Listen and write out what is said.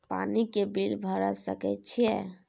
पानी के बिल भर सके छियै?